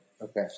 Okay